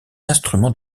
instrument